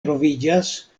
troviĝas